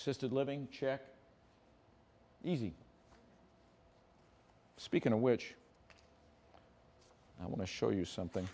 or sisters living check easy speaking of which i want to show you something